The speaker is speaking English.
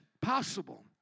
possible